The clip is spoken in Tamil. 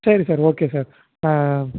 சரி சார் ஓகே சார் ஆ